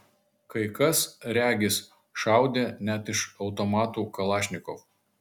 kai kas regis šaudė net iš automatų kalašnikov